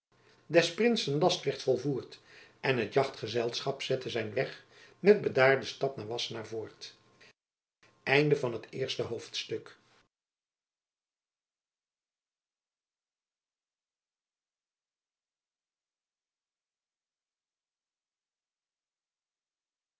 des prinsen last werd volvoerd en het jachtgezelschap zette zijn weg met bedaarden stap naar wassenaar voort